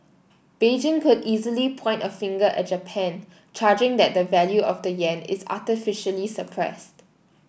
Beijing could easily point a finger at Japan charging that the value of the Yen is artificially suppressed